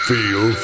Feel